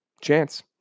chance